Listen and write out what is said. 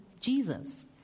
Jesus